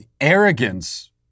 arrogance